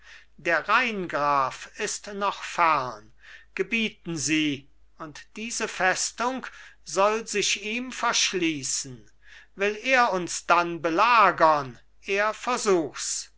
der rheingraf ist noch fern gebieten sie und diese festung soll sich ihm verschließen will er uns dann belagern er versuchs